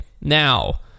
now